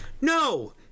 No